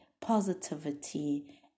positivity